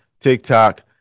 TikTok